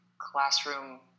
classroom